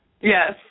Yes